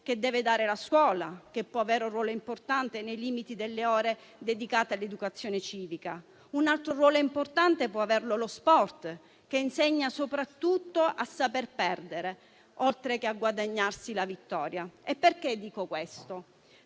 che deve dare la scuola, che può avere un ruolo importante nei limiti delle ore dedicate all'educazione civica. Un altro ruolo importante può averlo lo sport, che insegna soprattutto a saper perdere, oltre che a guadagnarsi la vittoria. Dico questo